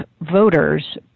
voters